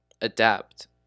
adapt